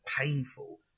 painful